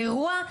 אירוע,